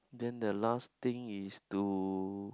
then the last thing is to